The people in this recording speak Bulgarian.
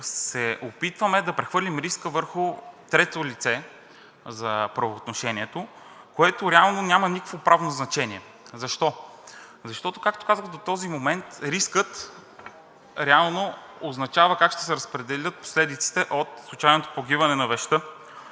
се опитваме да прехвърлим риска върху трето лице за правоотношението, което реално няма никакво правно значение. Защо? Защото, както казах до този момент, рискът реално означава как ще се разпределят последиците от случайното погиване на вещта.